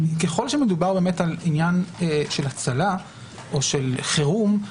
ככל שמדובר בעניין של הצלה או של חירום,